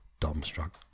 dumbstruck